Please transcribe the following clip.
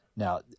Now